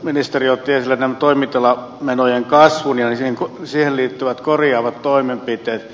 ministeri otti esille toimitilamenojen kasvun ja siihen liittyvät korjaavat toimenpiteet